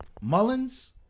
Mullins